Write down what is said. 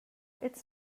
it’s